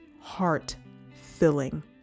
heart-filling